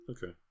Okay